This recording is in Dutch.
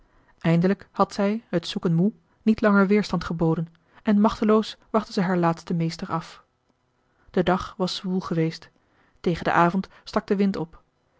eindelijk had zij het zoeken moe niet langer weerstand geboden en machteloos wachtte zij haar laatsten meester af de dag was zwoel geweest tegen den avond stak de wind op